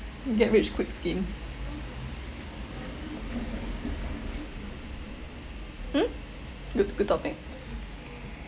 get rich quick schemes mm good good topic